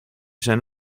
zijn